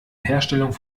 herstellung